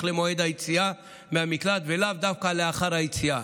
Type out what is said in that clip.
למועד היציאה מהמקלט ולאו דווקא לאחר היציאה,